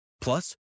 Plus